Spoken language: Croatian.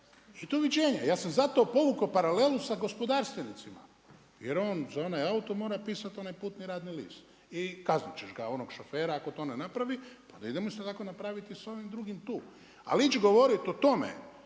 i doviđenja. Ja sam zato povukao paralelu sa gospodarstvenicima. Jer on za onaj auto mora pisati onaj putni radni list. I kazniti ćeš ga, onog šofera, ako to ne napravi. Pa onda idemo zakon napraviti sa ovim drugim tu. A ići govoriti o tome,